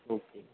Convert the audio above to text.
okay